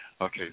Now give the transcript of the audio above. Okay